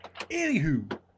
anywho